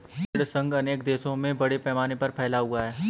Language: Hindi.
ऋण संघ अनेक देशों में बड़े पैमाने पर फैला हुआ है